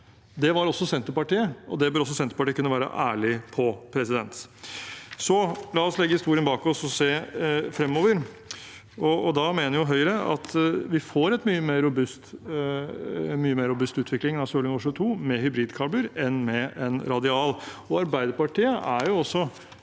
Det var også Senterpartiet, og det bør Senterpartiet kunne være ærlig på. La oss legge historien bak oss og se fremover. Høyre mener at vi får en mye mer robust utvikling av Sørlige Nordsjø II med hybridkabler enn med en radial. Arbeiderpartiet er også